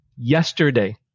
yesterday